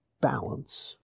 balance